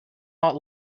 not